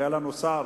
היה לנו שר